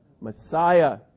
messiah